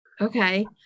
Okay